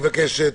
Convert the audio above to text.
בבקשה.